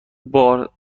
بار